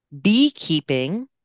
beekeeping